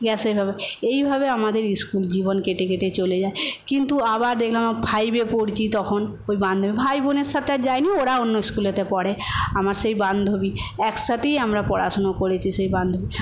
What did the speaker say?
গ্যাসে হবে এইভাবে আমাদের স্কুল জীবন কেটে কেটে চলে যায় কিন্তু আবার দেখলাম ফাইভে পড়ছি তখন ওই বান্ধবী ভাই বোনের সাথে আর যাই নি ওরা অন্য স্কুলেতে পড়ে আমার সেই বান্ধবী একসাথেই আমরা পড়াশুনা করেছি সেই বান্ধবী